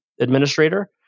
administrator